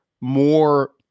more